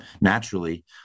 Naturally